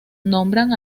nombran